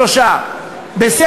שלושה שבועות,